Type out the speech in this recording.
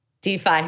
DeFi